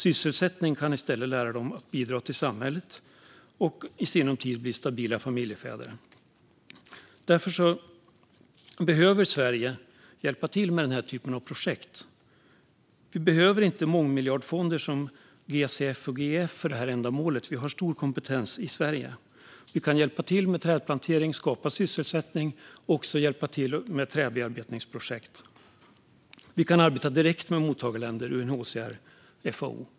Sysselsättning kan i stället lära dem att bidra till samhället och i sinom tid bli stabila familjefäder. Sverige behöver därför hjälpa till med denna typ av projekt. Vi behöver inte mångmiljardfonder som GCF och GEF för det här ändamålet; vi har stor kompetens i Sverige. Vi kan hjälpa till med trädplantering, skapa sysselsättning och även hjälpa till med träbearbetningsprojekt. Vi kan arbeta direkt med mottagarländer, UNHCR och FAO.